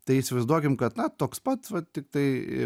tai įsivaizduokim kad na toks pat va tiktai